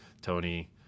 Tony